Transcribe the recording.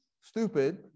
stupid